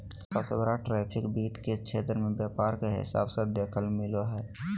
सबसे बड़ा ट्रैफिक वित्त के क्षेत्र मे व्यापार के हिसाब से देखेल मिलो हय